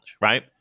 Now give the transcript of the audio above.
right